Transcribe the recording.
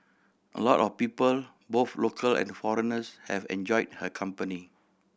a lot of people both local and foreigners have enjoyed her company